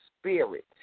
Spirit